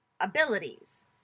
abilities